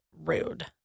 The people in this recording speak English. Rude